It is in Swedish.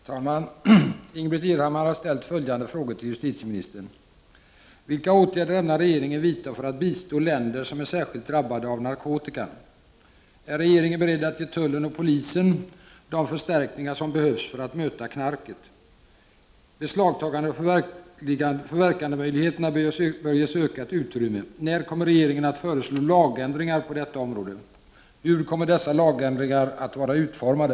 Herr talman! Ingbritt Irhammar har ställt följande frågor till justitieminis Är regeringen beredd att ge tullen och polisen de förstärkningar som behövs för att möta knarket? Beslagtagandeoch förverkandemöjligheterna bör ges ökat utrymme. När kommer regeringen att föreslå lagändringar på detta område? Hur kommer dessa lagändringar att vara utformade?